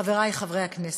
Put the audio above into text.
חברי חברי הכנסת,